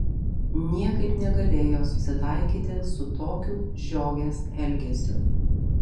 niekaip negalėjo susitaikyti su tokiu žiogės elgesiu